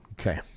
Okay